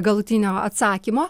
galutinio atsakymo